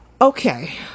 Okay